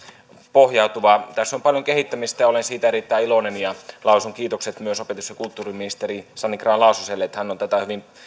pohjautuvaa tässä on paljon kehittämistä ja olen siitä erittäin iloinen ja lausun kiitokset myös opetus ja kulttuuriministeri sanni grahn laasoselle että hän on tätä hyvin